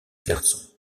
garçons